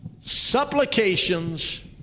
supplications